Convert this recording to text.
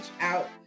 out